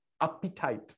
appetite